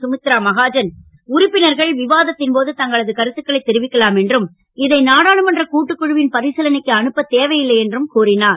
சுமித்ரா மகாஜன் உறுப்பினர்கள் விவாத்தின் போது தங்களது கருத்துக்களை தெரிவிக்கலாம் என்றும் இது நாடாளுமன்ற கூட்டுக்கு குழுவின் பரிசீலனைக்கு அனுப்பத் தேவையில்லை என்றும் கூறினார்